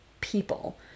people